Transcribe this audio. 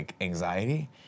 anxiety